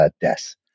deaths